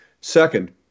Second